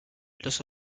los